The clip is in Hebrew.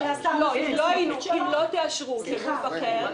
אם לא תאשרו "גוף אחר",